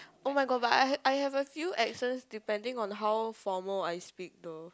oh my god but I I have a few accents depending on how formal I speak though